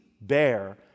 bear